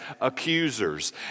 accusers